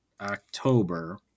October